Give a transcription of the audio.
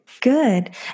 Good